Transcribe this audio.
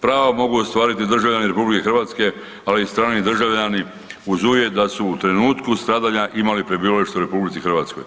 Prava mogu ostvariti državljani RH ali i strani državljani uz uvjet da su u trenutku stradanja imali prebivalište u RH.